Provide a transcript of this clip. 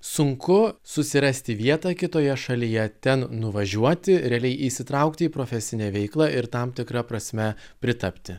sunku susirasti vietą kitoje šalyje ten nuvažiuoti realiai įsitraukti į profesinę veiklą ir tam tikra prasme pritapti